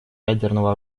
ядерного